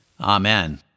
Amen